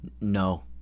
No